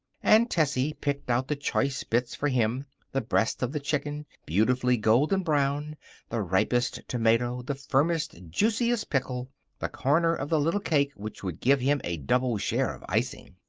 and tessie picked out the choice bits for him the breast of the chicken, beautifully golden brown the ripest tomato the firmest, juiciest pickle the corner of the little cake which would give him a double share of icing.